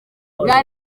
bwa